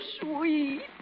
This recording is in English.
sweet